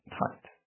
tight